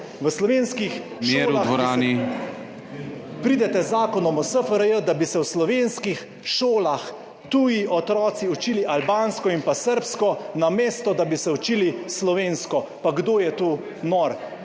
(PS NSi):** Pridete z zakonom o SFRJ, da bi se v slovenskih šolah tuji otroci učili albansko in srbsko, namesto da bi se učili slovensko. Pa kdo je tu nor?